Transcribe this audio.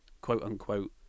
quote-unquote